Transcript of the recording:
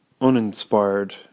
uninspired